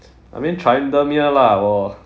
I mean tryndamere lah 我